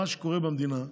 מה שקורה במדינה,